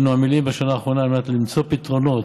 אנו עמלים בשנה האחרונה על מנת למצוא פתרונות